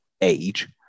age